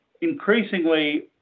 increasingly